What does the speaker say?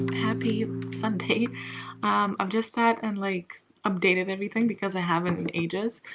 happy sunday i've just sat and like updated everything because i haven't in ages.